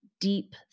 deep